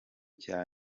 cya